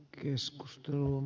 keskustelun